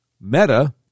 Meta